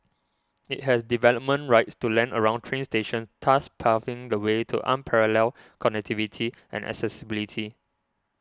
it has development rights to land around train stations thus paving the way to unparalleled connectivity and accessibility